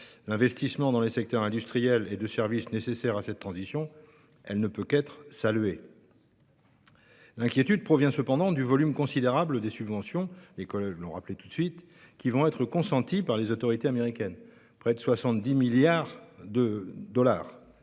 l'investissement dans les secteurs industriels et de service nécessaires à cette transition, elle ne peut qu'être saluée. L'inquiétude provient cependant du volume considérable des subventions qui vont être consenties par les autorités américaines- près de 370 milliards de dollars